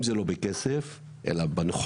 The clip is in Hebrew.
אם זה לא בכסף אז זה בנוחות.